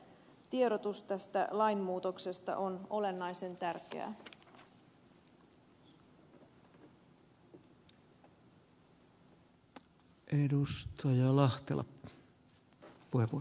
sen takia tiedotus tästä lainmuutoksesta on olennaisen tärkeää